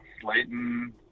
Slayton